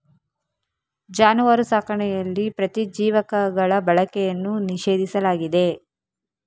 ಜಾನುವಾರು ಸಾಕಣೆಯಲ್ಲಿ ಪ್ರತಿಜೀವಕಗಳ ಬಳಕೆಯನ್ನು ನಿಷೇಧಿಸಲಾಗಿದೆ